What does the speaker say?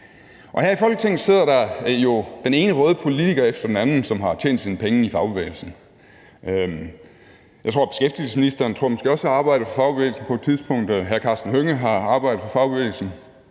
Her i Folketinget sidder der jo den ene røde politiker efter den anden, som har tjent sine penge i fagbevægelsen. Jeg tror måske også, at beskæftigelsesministeren har arbejdet for fagbevægelsen på et tidspunkt. Hr. Karsten Hønge har arbejdet for fagbevægelsen.